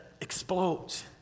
explodes